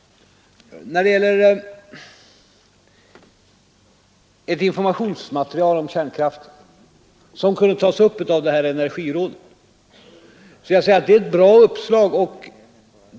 När det gäller ett informationsmaterial om kärnkraften, som kunde tas upp av energirådet, vill jag säga att det är ett bra uppslag.